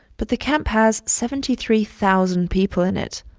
but the camp has seventy three thousand people in it.